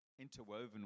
interwoven